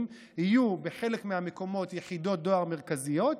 יהיו בחלק מהמקומות יחידות דואר מרכזיות,